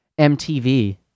MTV